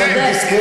מדברת על דיסקט.